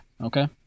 Okay